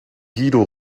guido